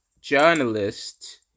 journalist